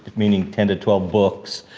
meaning ten to twelve books.